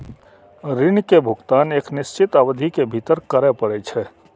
ऋण के भुगतान एक निश्चित अवधि के भीतर करय पड़ै छै